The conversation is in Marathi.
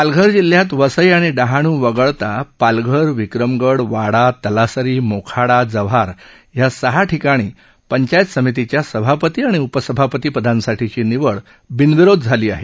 पालघर जिल्ह्यात वसई आणि डहाण् वगळता पालघर विक्रमगड वाडा तलासरी मोखाडा जव्हार या सहा ठिकाणी पंचायत समितीच्या सभापती आणि उपसभापती पदांसाठीची निवड बिनविरोध झाली आहे